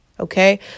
Okay